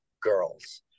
girls